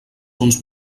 uns